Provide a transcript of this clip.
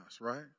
right